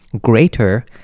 greater